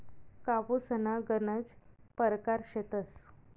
कापूसना गनज परकार शेतस